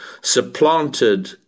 supplanted